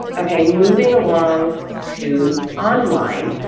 okay, moving along to online.